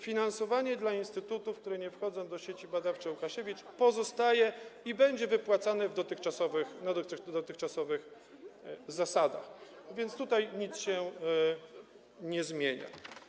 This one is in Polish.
Finansowanie instytutów, które nie wchodzą do Sieci Badawczej: Łukasiewicz, pozostaje i będzie wypłacane na dotychczasowych zasadach, więc tutaj nic się nie zmienia.